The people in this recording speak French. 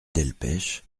delpech